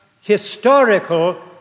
historical